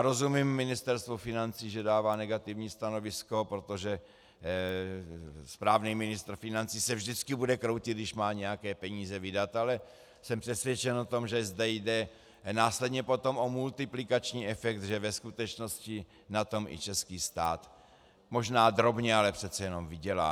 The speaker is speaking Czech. Rozumím Ministerstvu financí, že dává negativní stanovisko, protože správný ministr financí se vždycky bude kroutit, když má nějaké peníze vydat, ale jsem přesvědčen, že zde jde následně potom o multiplikační efekt, že ve skutečnosti na tom i český stát možná drobně, ale přece jenom vydělá.